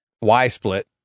Y-split